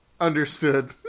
understood